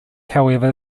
however